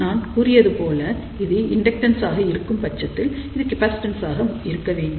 நான் கூறியதைப்போல் இது இண்டக்டன்ஸ் ஆக இருக்கும் பட்சத்தில் இது கேப்பாசிடன்ஸ் ஆக இருக்க வேண்டும்